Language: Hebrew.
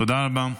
תודה רבה.